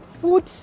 food